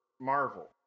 Marvel